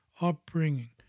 upbringing